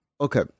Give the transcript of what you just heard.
okay